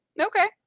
Okay